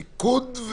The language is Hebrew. ליכוד,